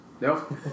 nope